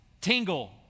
tingle